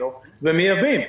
לקילוגרם ומייבאים.